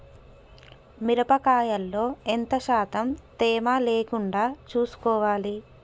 మిరప కాయల్లో ఎంత శాతం తేమ లేకుండా చూసుకోవాలి?